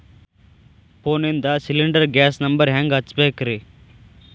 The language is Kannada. ಫೋನಿಂದ ಸಿಲಿಂಡರ್ ಗ್ಯಾಸ್ ನಂಬರ್ ಹೆಂಗ್ ಹಚ್ಚ ಬೇಕ್ರಿ?